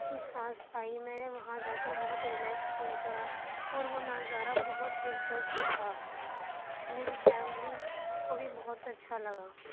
کی سانس پائی میں نے وہاں جا کر بہت رلیکس فیل کرا اور وہ نظارہ بہت دلچسپ تھا میری فیملی کو بھی بہت اچھا لگا